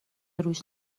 روش